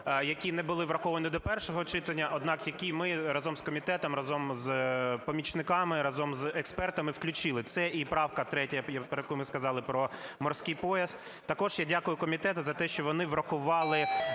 які не були враховані до першого читання, однак які ми разом з комітетом, разом з помічниками, разом з експертами включили. Це і правка 3-я, про яку ми сказали, про "морський пояс". Також я дякую комітету за те, що вони врахували